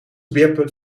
beerput